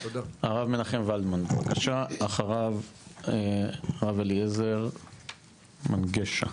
הרב מנחם ולדמן בבקשה, אחריו הרב אלעזר מנגשה.